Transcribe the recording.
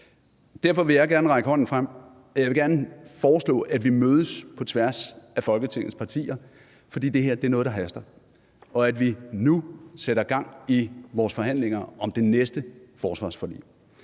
Derfor vil jeg gerne række hånden frem, og jeg vil gerne foreslå, at vi mødes på tværs af Folketingets partier, for det her er noget, der haster, og at vi nu sætter gang i vores forhandlinger om det næste forsvarsforlig.